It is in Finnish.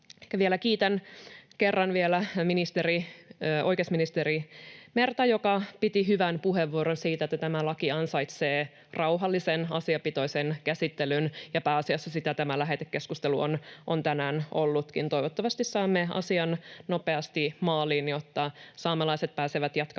kiitän kerran oikeusministeri Merta, joka piti hyvän puheenvuoron siitä, että tämä laki ansaitsee rauhallisen, asiapitoisen käsittelyn, ja pääasiassa sitä tämä lähetekeskustelu on tänään ollutkin. Toivottavasti saamme asian nopeasti maaliin, jotta saamelaiset pääsevät jatkamaan